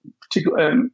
particular